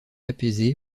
apaisé